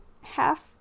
half